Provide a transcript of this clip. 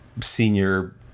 senior